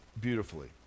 beautifully